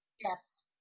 Yes